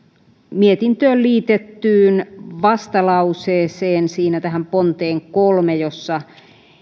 mietintöön liitettyyn vastalauseeseen siinä tähän ponteen kolme jossa